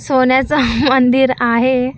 सोन्याचं मंदिर आहे